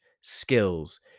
skills